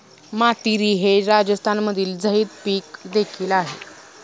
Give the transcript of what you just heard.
मातीरी हे राजस्थानमधील झैद पीक देखील आहे